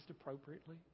appropriately